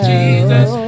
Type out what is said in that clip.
Jesus